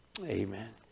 Amen